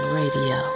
radio